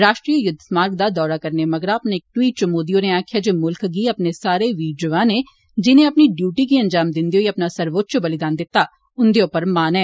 राश्ट्रीय युद्ध स्मार्क दा दौरा करने मगरा अपने इक ट्वीट च मोदी होरें आक्खेआ जे मुल्ख गी अपने सारे वीर जवानें जिनें अपनी ड्यूटी गी अंजाम दिंदे होई अपना सर्वोच्च बलिदान दित्ता उन्दे उप्पर मान ऐ